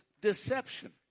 deception